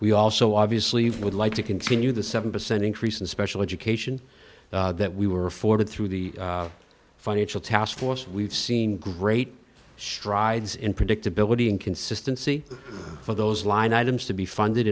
we also obviously would like to continue the seven percent increase in special education that we were afforded through the financial taskforce we've seen great strides in predictability and consistency for those line items to be funded